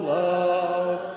love